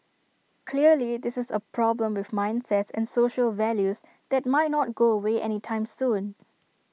clearly this is A problem with mindsets and social values that might not go away anytime soon